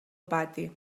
pati